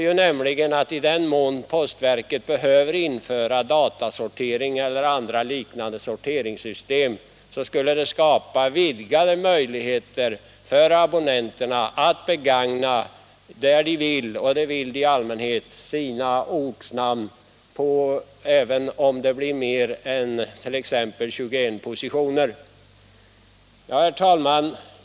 Jag trodde att i den mån postverket behöver införa datasortering eller andra liknande sorteringssystem skulle detta innebära vidgade möjligheter för abonnenterna — där de vill, och det vill de i allmänhet — att begagna sina ortnamn, även om det blir mer än t.ex. 21 positioner. Herr talman!